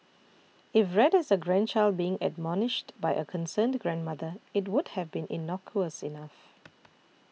if read as a grandchild being admonished by a concerned grandmother it would have been innocuous enough